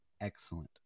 excellent